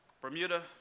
Bermuda